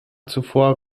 zuvor